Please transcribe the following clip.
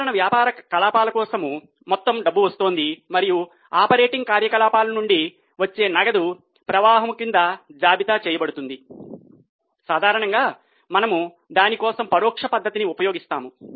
సాధారణ కార్యకలాపాల కోసం మొత్తం డబ్బు వస్తోంది మరియు ఆపరేటింగ్ కార్యకలాపాల నుండి వచ్చే నగదు ప్రవాహం క్రింద జాబితా చేయబడుతుంది సాధారణంగా మనము దాని కోసం పరోక్ష పద్ధతిని ఉపయోగిస్తాము